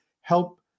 help